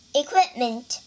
equipment